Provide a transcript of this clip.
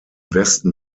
westen